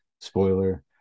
Spoiler